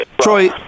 Troy